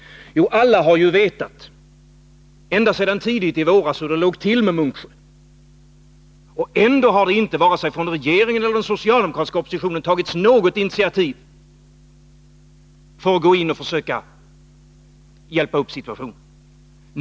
Jo, alla har ju vetat, ända sedan tidigt i våras, hur det låg till med Munksjö. Ändå har inte, varken från regeringens sida eller från den socialdemokratiska oppositionen, något initiativ tagits för att försöka hjälpa upp situationen.